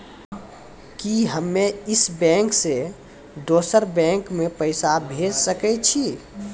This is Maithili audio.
कि हम्मे इस बैंक सें दोसर बैंक मे पैसा भेज सकै छी?